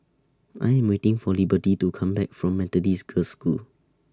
I Am waiting For Liberty to Come Back from Methodist Girls' School